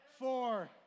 Four